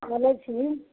बोलय छी